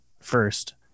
first